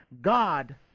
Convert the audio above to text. God